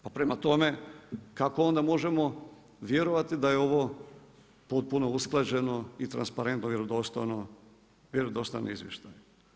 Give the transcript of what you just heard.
Pa prema tome, kako onda možemo vjerovati da je ovo potpuno usklađeno i transparentno i vjerodostojan izvještaj.